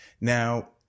now